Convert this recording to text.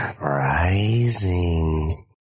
rising